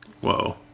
Whoa